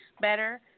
better